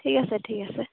ঠিক আছে ঠিক আছে